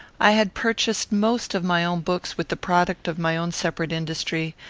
i had purchased most of my own books with the product of my own separate industry,